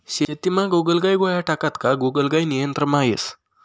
शेतीमा गोगलगाय गोळ्या टाक्यात का गोगलगाय नियंत्रणमा येस